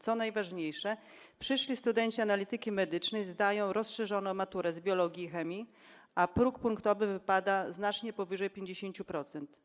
Co najważniejsze, przyszli studenci analityki medycznej zdają rozszerzoną maturę z biologii i chemii, a próg punktowy wynosi znacznie powyżej 50%.